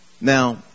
Now